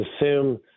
assume